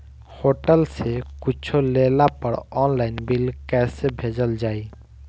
Hotel से कुच्छो लेला पर आनलाइन बिल कैसे भेजल जाइ?